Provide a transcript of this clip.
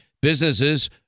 Businesses